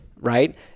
Right